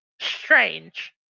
strange